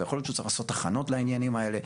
ויכול להיות שהוא צריך לעשות הכנות לעניינים האלה,